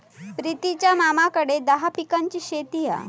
प्रितीच्या मामाकडे दहा पिकांची शेती हा